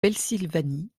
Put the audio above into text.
pennsylvanie